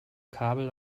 kabel